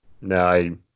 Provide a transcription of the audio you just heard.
No